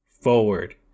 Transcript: forward